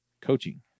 coaching